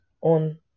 on